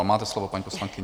Máte slovo, paní poslankyně.